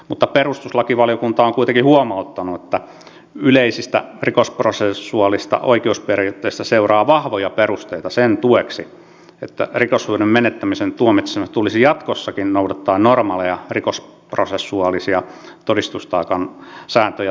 mutta perustuslakivaliokunta on kuitenkin huomauttanut että yleisistä rikosprosessuaalisista oikeusperiaatteista seuraa vahvoja perusteita sen tueksi että rikoshyödyn menettämisen tuomitsemisessa tulisi jatkossakin noudattaa normaaleja rikosprosessuaalisia todistustaakan sääntöjä todistustaakan jaosta